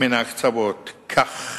מן ההקצבות, כך